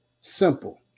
simple